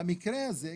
במקרה הזה,